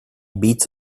beats